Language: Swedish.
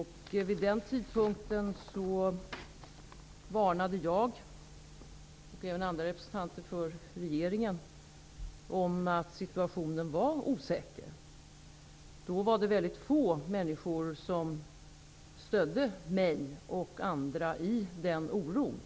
Vid den tidpunkten varnade jag och även andra representanter för regeringen för att situationen var osäker. Då var det väldigt få människor som stödde mig och andra i den oron.